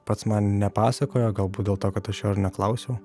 pats man nepasakojo galbūt dėl to kad aš jo ir neklausiau